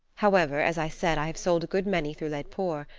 however, as i said, i have sold a good many through laidpore.